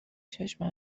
چشم